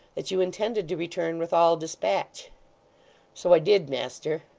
that you intended to return with all despatch so i did, master